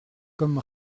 comme